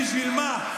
בשביל מה?